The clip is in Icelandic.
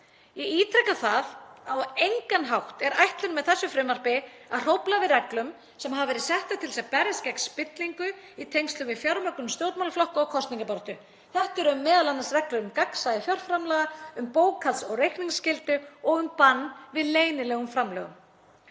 Ég ítreka það að á engan hátt er ætlunin með þessu frumvarpi að hrófla við reglum sem hafa verið settar til að berjast gegn spillingu í tengslum við fjármögnun stjórnmálaflokka og kosningabaráttu. Þetta eru m.a. reglur um gagnsæi fjárframlaga, um bókhalds- og reikningsskyldu og um bann við leynilegum framlögum.